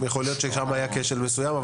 יכול להיות שהיתה בעיית כשל מסוים.